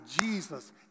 Jesus